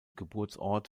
geburtsort